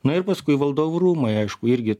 na ir paskui valdovų rūmai aišku irgi